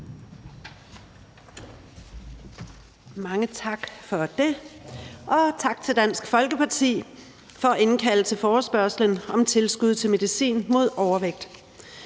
Mange tak for det, og tak til Dansk Folkeparti for at indkalde til forespørgslen om tilskud til medicin mod overvægt.